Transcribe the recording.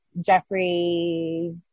Jeffrey –